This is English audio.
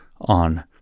on